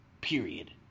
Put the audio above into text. period